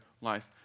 life